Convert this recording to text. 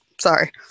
Sorry